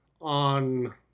on